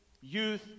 youth